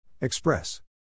Express